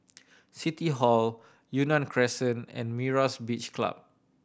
City Hall Yunnan Crescent and Myra's Beach Club